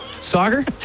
soccer